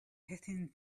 hissing